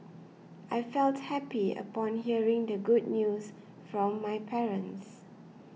I felt happy upon hearing the good news from my parents